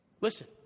Listen